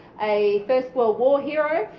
a first world war hero,